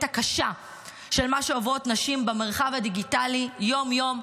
הקשה של מה שעוברות נשים במרחב הדיגיטלי יום-יום,